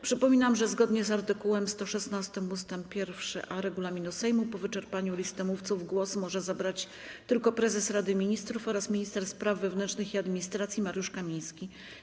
Przypominam, że zgodnie z art. 116 ust. 1a regulaminu Sejmu po wyczerpaniu listy mówców głos może zabrać tylko prezes Rady Ministrów oraz minister spraw wewnętrznych i administracji Mariusz Kamiński.